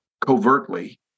covertly